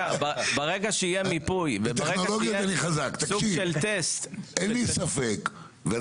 ברגע שיהיה מיפוי וברגע שיהיה סוג של טסט --- אני